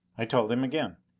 i told him again.